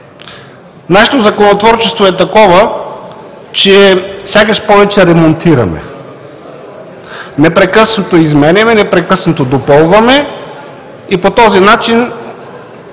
нашето законотворчество е такова, че сякаш повече ремонтираме – непрекъснато изменяме, непрекъснато допълваме и по този начин